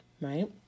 right